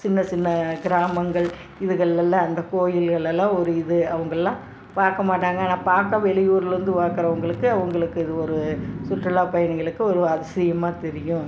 சின்ன சின்ன கிராமங்கள் இதுகள்லலாம் அந்த கோவில்கள் எல்லாம் ஒரு இது அவங்கெல்லாம் பார்க்கமாட்டாங்க ஆனால் பார்க்க வெளியூர்லேருந்து பார்க்குறவங்களுக்கு அவங்களுக்கு இது ஒரு சுற்றுலா பயணிகளுக்கு ஒரு அதிசயமாக தெரியும்